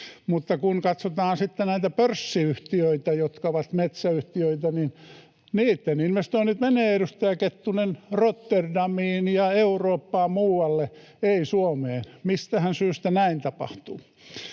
mutta kun katsotaan sitten näitä pörssiyhtiöitä, jotka ovat metsäyhtiöitä, niin niitten investoinnit menevät, edustaja Kettunen, Rotterdamiin ja muualle Eurooppaan, ei Suomeen. Mistähän syystä näin tapahtuu?